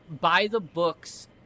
by-the-books